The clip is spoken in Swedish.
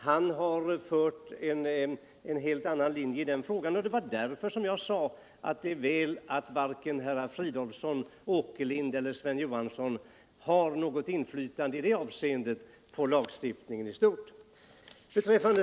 Han har fört en helt annan linje i frågan, och det var därför jag sade att det är väl att varken herr Fridolfsson, herr Åkerlind eller herr Sven Johansson har något inflytande i det avseendet på lagstiftningen i stort.